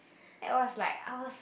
that was like I was